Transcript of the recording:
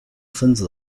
分子